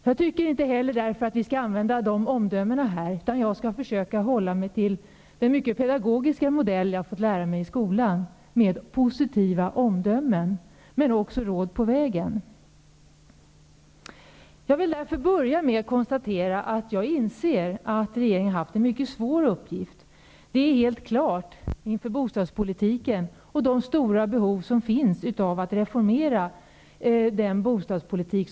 Därför skall jag inte heller använda sådana omdömen här, utan jag skall försöka att hålla mig till den mycket pedagogiska modell som jag har fått lära mig i skolan, en modell som går ut på positiva omdömen, men också råd på vägen. Jag börjar med att konstatera att jag inser att regeringen har haft en mycket svår uppgift. Det är helt klart när man ser på de stora behov som finns av att reformera den förda bostadspolitiken.